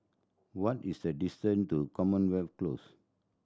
what is the distance to Commonwealth Close